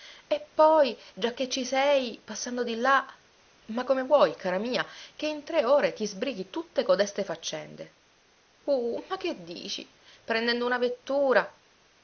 e poi giacché ci sei passando di là ma come vuoi cara mia che in tre ore ti sbrighi tutte codeste faccende uh ma che dici prendendo una vettura